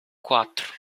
quatro